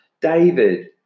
David